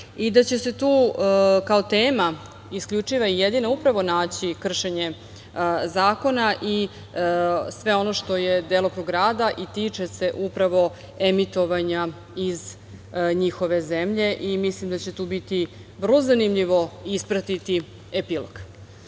i da će se tu kao tema isključiva i jedina upravo naći kršenje zakona i sve ono što je delokrug rada i tiče se upravo emitovanja iz njihove zemlje i mislim da će tu biti vrlo zanimljivo ispratiti epilog. Što